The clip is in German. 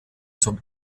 zum